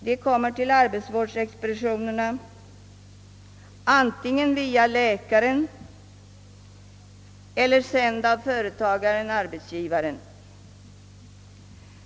De kommer till arbetsvårdsexpeditionerna antingen genom remiss av läkaren eller sända av företagaren-arbetsgivaren.